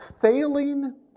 failing